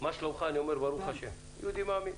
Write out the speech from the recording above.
מה שלומך, אני אומר ברוך השם, יהודי מאמין,